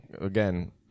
Again